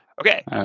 okay